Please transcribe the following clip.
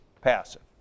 passive